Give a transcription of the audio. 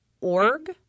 org